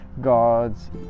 god's